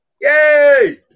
Yay